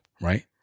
right